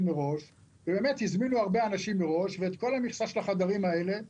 מראש ובאמת הרבה אנשים הזמינו חדרים מראש ואת כל מכסת החדרים האלה מילאו.